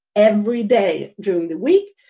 every day during the week,